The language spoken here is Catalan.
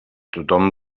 tothom